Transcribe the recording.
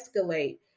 escalate